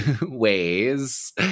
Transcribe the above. ways